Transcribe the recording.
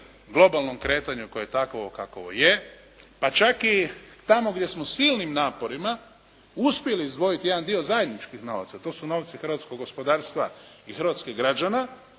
globalnom kretanju koje je takvo kakvo je, pa čak i tamo gdje smo svim onim naporima uspjeli izdvojiti jedan dio zajedničkih novaca, to su novci hrvatskog gospodarstva i hrvatskih građana